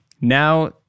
Now